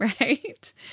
right